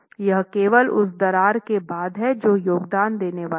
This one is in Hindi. यह केवल उस दरार के बाद है जो योगदान देने वाली है